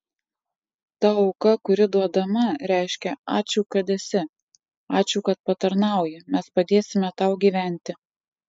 ta auka kuri duodama reiškia ačiū kad esi ačiū kad patarnauji mes padėsime tau gyventi